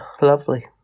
lovely